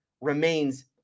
remains